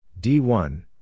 D1